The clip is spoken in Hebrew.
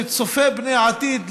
שצופה פני עתיד,